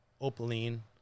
Opaline